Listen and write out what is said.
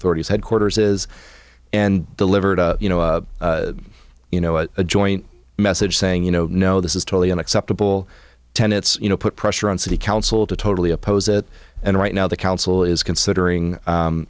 authority headquarters is and delivered you know a you know a joint message saying you know no this is totally unacceptable tenets you know put pressure on city council to totally oppose it and right now the council is considering